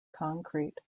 concrete